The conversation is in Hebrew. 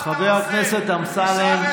חבר הכנסת אמסלם.